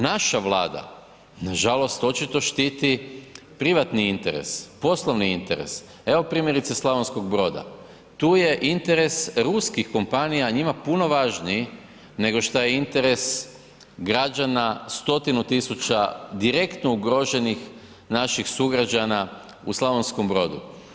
Naša Vlada, nažalost, očito štiti privatni interes, poslovni interes, evo primjerice Slavonskog Broda, tu je interes ruskih kompanija, njima puno važniji, nego šta je interes građana stotinu tisuća direktno ugroženih naših sugrađana u Slavonskom Brodu.